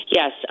Yes